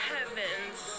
Heavens